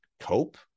cope